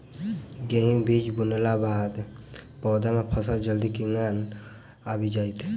गेंहूँ बीज बुनला बाद पौधा मे फसल जल्दी केना आबि जाइत?